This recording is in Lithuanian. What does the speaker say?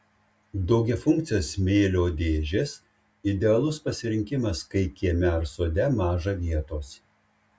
daugiafunkcės smėlio dėžės idealus pasirinkimas kai kieme ar sode maža vietos